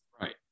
right